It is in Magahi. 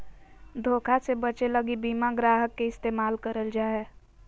धोखा से बचे लगी बीमा ग्राहक के इस्तेमाल करल जा हय